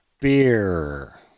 Beer